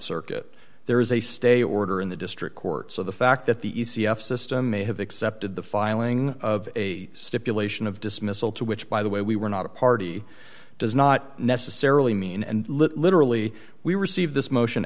circuit there is a stay order in the district court so the fact that the e c f system may have accepted the filing of a stipulation of dismissal to which by the way we were not a party does not necessarily mean and literally we received this motion